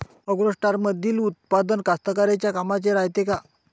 ॲग्रोस्टारमंदील उत्पादन कास्तकाराइच्या कामाचे रायते का?